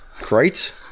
great